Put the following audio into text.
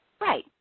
Right